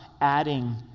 adding